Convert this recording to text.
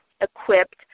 equipped